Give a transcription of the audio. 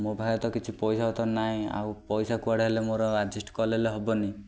ମୋ ପାଖରେ ତ କିଛି ପଇସା ପତର ନାହିଁ ଆଉ ପଇସା କୁଆଡ଼େ ହେଲେ ମୋର ଆଡଜଷ୍ଟ କଲେ ହେବନି